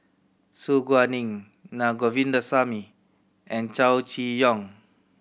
Su Guaning Na Govindasamy and Chow Chee Yong